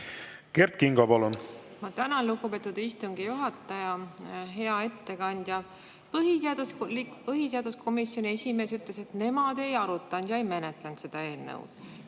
Kert Kingo, palun! Ma tänan, lugupeetud istungi juhataja! Hea ettekandja! Põhiseaduskomisjoni esimees ütles, et nemad ei arutanud ja ei menetlenud seda eelnõu.